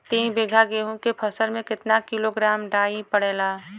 तीन बिघा गेहूँ के फसल मे कितना किलोग्राम डाई पड़ेला?